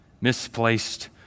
misplaced